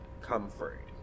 comfort